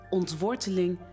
ontworteling